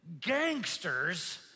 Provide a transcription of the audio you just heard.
gangsters